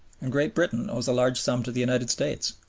and great britain owes a large sum to the united states.